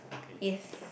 yes